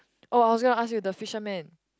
oh I was gonna ask you the fisherman